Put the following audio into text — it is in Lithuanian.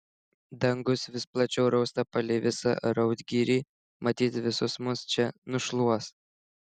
dangus vis plačiau rausta palei visą raudgirį matyt visus mus čia nušluos